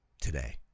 today